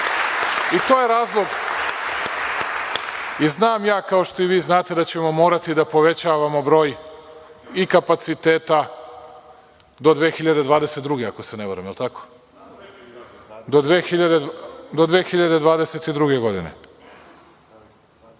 i to je razlog. Znam ja, kao što i vi znate, da ćemo morati da povećavamo broj i kapaciteta do 2022. godine,